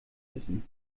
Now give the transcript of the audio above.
wissen